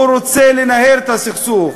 הוא רוצה לנהל את הסכסוך.